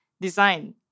design